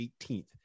18th